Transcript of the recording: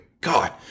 God